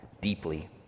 deeply